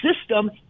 system